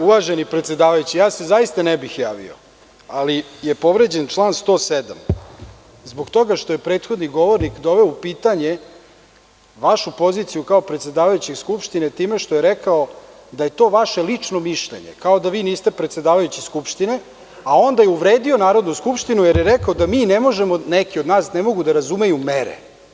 Uvaženi predsedavajući, ja se zaista ne bih javio, ali je povređen član 107. zbog toga što je prethodni govornik doveo u pitanje vašu poziciju, kao predsedavajućeg skupštine, time što je rekao da je to vaše lično mišljenje, kao da vi niste predsedavajući skupštine, a onda je uvredio Narodnu skupštinu, jer je rekao da mi ne možemo, neki od nas, da razumemo mere.